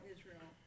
Israel